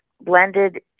blended